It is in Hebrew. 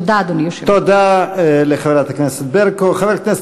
תודה, אדוני היושב-ראש.